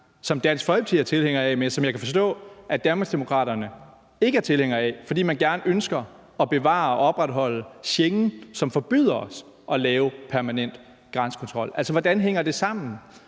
som Dansk Folkeparti er tilhænger af, men som jeg kan forstå at Danmarksdemokraterne ikke er tilhænger af, fordi man ønsker at bevare og opretholde Schengen, som forbyder os at lave permanent grænsekontrol. Altså, hvordan hænger det sammen?